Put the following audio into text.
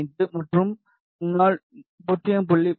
55 மற்றும் முன்னாள் 0